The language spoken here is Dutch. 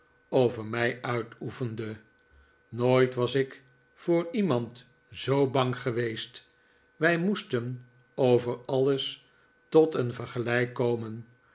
over mij uitoefende nooit was ik voor iemand zoo bang geweest wij moesten over alles tot een vergelijk komen